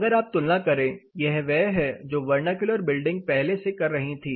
अगर आप तुलना करें यह वह है जो वर्नाक्यूलर बिल्डिंग पहले से कर रही थी